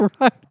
Right